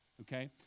okay